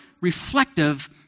reflective